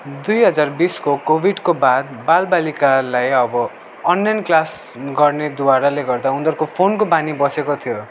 दुई हजार बिसको कोभिडको बाद बालबालिकालाई अब अनलाइन क्लास गर्ने द्वाराले गर्दा उनीहरूको फोनको बानी बसेको थियो